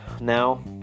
now